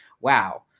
wow